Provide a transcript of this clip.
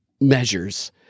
measures